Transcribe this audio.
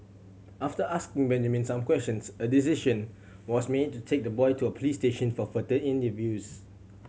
after asking Benjamin some questions a decision was made to take the boy to a police station for further interviews